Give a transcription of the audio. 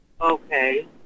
Okay